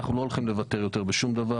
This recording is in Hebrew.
אנחנו לא הולכים לוותר יותר בשום דבר